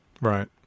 Right